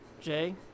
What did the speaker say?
jay